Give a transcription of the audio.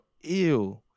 Ew